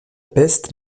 peste